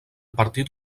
partit